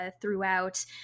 throughout